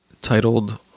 titled